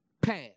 pass